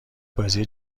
بازی